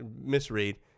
misread